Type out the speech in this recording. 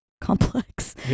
complex